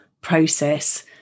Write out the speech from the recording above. process